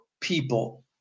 people